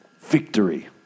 Victory